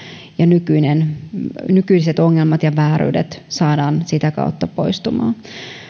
ja nykyiset ongelmat ja vääryydet saadaan sitä kautta poistumaan